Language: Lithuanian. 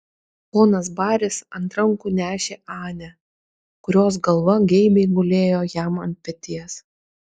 ponas baris ant rankų nešė anę kurios galva geibiai gulėjo jam ant peties